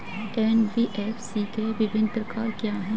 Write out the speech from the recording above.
NBFC के विभिन्न प्रकार क्या हैं?